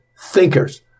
thinkers